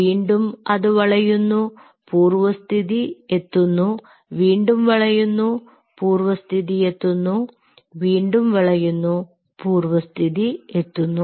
വീണ്ടും അത് വളയുന്നു പൂർവ്വസ്ഥിതി എത്തുന്നു വീണ്ടും വളയുന്നു പൂർവ്വസ്ഥിതി എത്തുന്നു വീണ്ടും വളയുന്നു പൂർവ്വസ്ഥിതി എത്തുന്നു